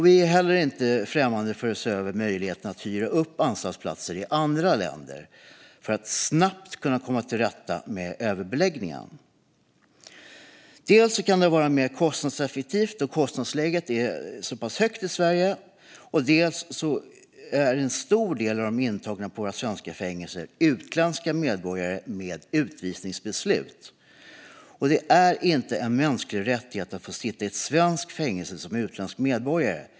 Vi är heller inte främmande för att se över möjligheterna att hyra anstaltsplatser i andra länder för att snabbt komma till rätta med överbeläggningen. Dels kan detta vara mer kostnadseffektivt då kostnadsläget är högt i Sverige, dels är en stor del av de intagna på våra svenska fängelser utländska medborgare med utvisningsbeslut. Det är inte en mänsklig rättighet att få sitta i ett svenskt fängelse som utländsk medborgare.